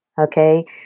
Okay